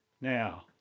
now